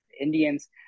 Indians